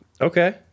okay